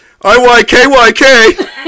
IYKYK